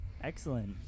Excellent